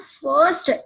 first